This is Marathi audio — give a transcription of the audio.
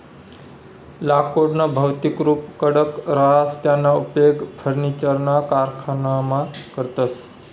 लाकुडनं भौतिक रुप कडक रहास त्याना उपेग फर्निचरना कारखानामा करतस